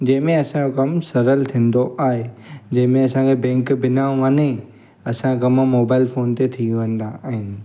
जंहिंमें असांजो कमु सरल थींदो आहे जंहिंमें असांखे बैंक बिना वञे असांजा कमु मोबाइल ते थी वेंदा आहिनि